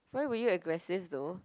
why were you aggressive though